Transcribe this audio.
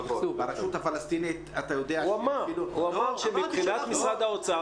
ברשות הפלסטינית --- הוא אמר שמבחינת משרד האוצר,